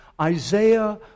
Isaiah